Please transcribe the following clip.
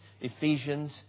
Ephesians